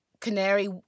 Canary